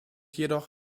jedoch